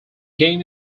game